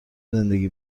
زندگی